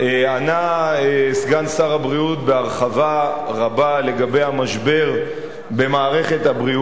ענה סגן שר הבריאות בהרחבה רבה לגבי המשבר במערכת הבריאות,